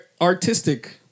Artistic